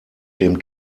dem